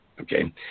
Okay